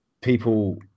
people